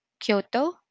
Kyoto